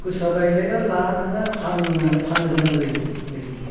गोसा बायग्लायना लानानै थाङो आरो फाननो गोनां जायो बेबायदिनो